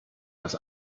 dass